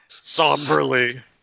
Somberly